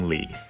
Lee